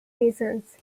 reasons